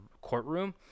courtroom